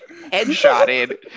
headshotted